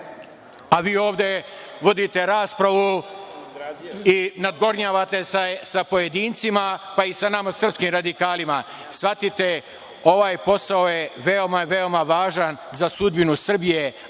radi. Vi ovde vodite raspravu i nadgornjavate se sa pojedincima, pa i sa nama srpskim radikalima. Shvatite, ovaj posao je veoma, veoma važan za sudbinu Srbije,